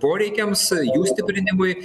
poreikiams jų stiprinimui